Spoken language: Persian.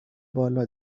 بالا